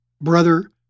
brother